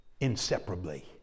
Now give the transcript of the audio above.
inseparably